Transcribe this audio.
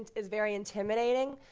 is very intimidating.